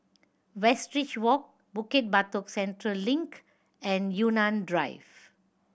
Westridge Walk Bukit Batok Central Link and Yunnan Drive